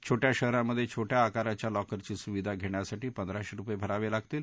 छोट्या शहरांमध्ये छोट्या आकाराच्या लॉकरची सुविधा घेण्यासाठी पंधराशे रुपये भरावे लागतील